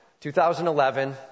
2011